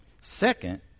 Second